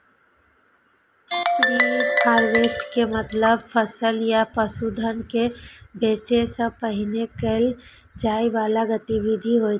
preharvest के मतलब फसल या पशुधन कें बेचै सं पहिने कैल जाइ बला गतिविधि होइ छै